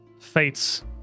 Fates